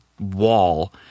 wall